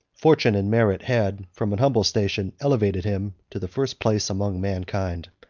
fortune and merit had, from an humble station, elevated him to the first place among mankind.